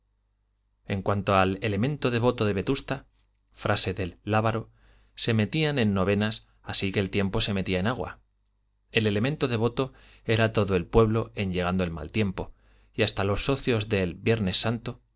en cuanto al elemento devoto de vetusta frase del lábaro se metían en novenas así que el tiempo se metía en agua el elemento devoto era todo el pueblo en llegando el mal tiempo y hasta los socios de viernes santo